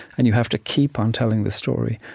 and you have to keep on telling the story.